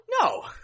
No